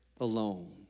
alone